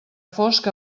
fosc